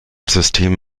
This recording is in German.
system